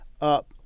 up